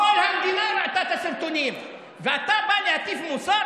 כל המדינה ראתה את הסרטונים, ואתה בא להטיף מוסר?